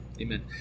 amen